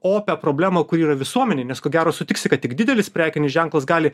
opią problemą kuri yra visuomenėj nes ko gero sutiksi kad tik didelis prekinis ženklas gali